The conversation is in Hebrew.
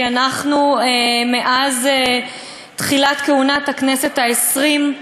כי אנחנו, מאז תחילת כהונת הכנסת העשרים,